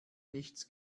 nichts